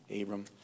Abram